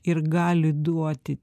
ir gali duoti